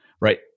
right